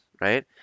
right